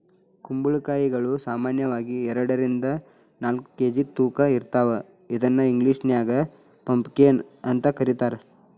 ಕುಂಬಳಕಾಯಿಗಳು ಸಾಮಾನ್ಯವಾಗಿ ಎರಡರಿಂದ ನಾಲ್ಕ್ ಕೆ.ಜಿ ತೂಕ ಇರ್ತಾವ ಇದನ್ನ ಇಂಗ್ಲೇಷನ್ಯಾಗ ಪಂಪಕೇನ್ ಅಂತ ಕರೇತಾರ